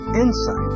insight